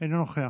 אינו נוכח,